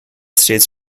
states